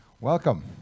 welcome